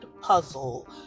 puzzle